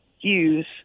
use